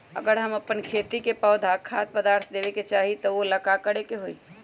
अगर हम अपना खेती में कोइ खाद्य पदार्थ देबे के चाही त वो ला का करे के होई?